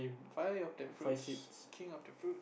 five of that fruits king of the fruits